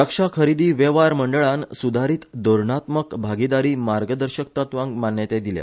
रक्षा खरेदी वेव्हार मंडळान सुधारित धोरणात्मक भागीदारी मार्गदर्शक तत्वांक मान्यताय दिल्या